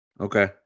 Okay